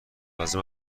لازم